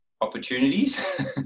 opportunities